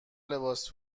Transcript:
لباس